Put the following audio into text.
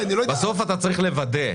בסוף אתה צריך לוודא.